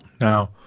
Now